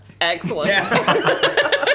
excellent